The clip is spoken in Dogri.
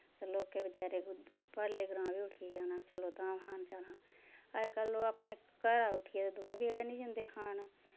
ते लोकें बचैरें परले ग्रांऽ बी उट्ठियै जाना चलो धाम खान जाना अज्जकल लोक अपने घरा उट्ठियै ते दूए बेह्ड़ै निं जंदे खान